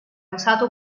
usato